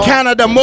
Canada